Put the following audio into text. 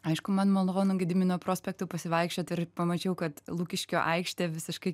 aišku man malonu gedimino prospektu pasivaikščioti ir pamačiau kad lukiškių aikštė visiškai